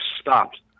stopped